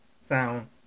sound